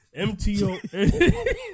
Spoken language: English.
MTO